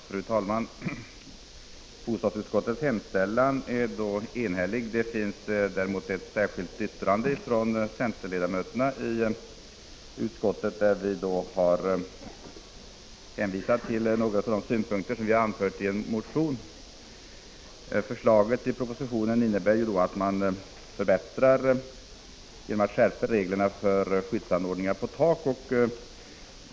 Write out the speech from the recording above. Fru talman! Bostadsutskottets hemställan är enhällig. Det finns däremot ett särskilt yttrande från centerledamöterna i utskottet, där vi hänvisat till några av de synpunkter som vi har anfört i en motion. Förslaget i propositionen innebär förbättringar genom att man skärper reglerna för skyddsanordningar på tak.